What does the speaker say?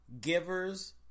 givers